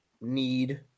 need